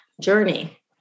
journey